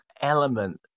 element